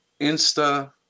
Insta